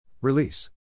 Release